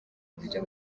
buryo